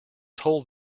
told